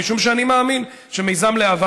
משום שאני מאמין שמיזם להב"ה,